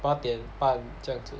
八点半这样